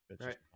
Right